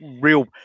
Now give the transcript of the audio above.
real